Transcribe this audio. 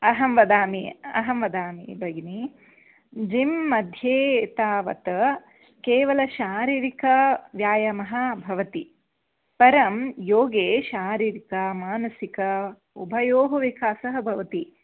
अहं वदामि अहं वदामि भगिनि जिं मध्ये तावत् केवलं शारीरिकव्यायामः भवति परं योगे शारीरिकमानसिक उभयोः विकासः भवति